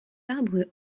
arbres